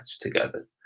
together